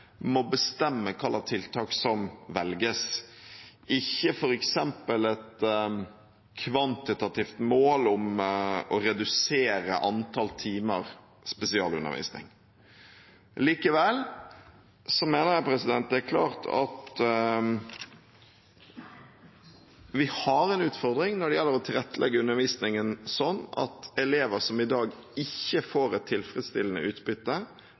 må bestemme hvilke tiltak som velges – ikke f.eks. et kvantitativt mål om å redusere antall timer spesialundervisning. Likevel mener jeg at vi klart har en utfordring når det gjelder å tilrettelegge undervisningen slik at elever som i dag ikke får et tilfredsstillende utbytte,